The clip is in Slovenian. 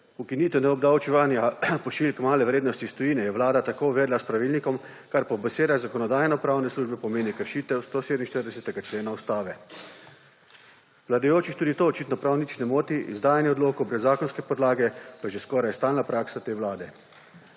ukinitev neobdavčevanja pošiljk male vrednosti iz tujine, je Vlada tako uvedla s pravilnikom, kar po besedah Zakonodajno-pravne službe pomeni kršitev 147. člena Ustave. Vladajočih tudi to očitno prav nič ne moti, izdajanje odlokov brez zakonske podlage pa je že skoraj stalna praksa te Vlade.